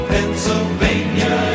Pennsylvania